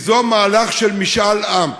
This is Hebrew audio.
ליזום מהלך של משאל עם,